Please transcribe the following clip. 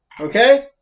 okay